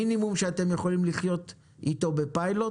מינימום שאתם יכולים לחיות אתו בפיילוט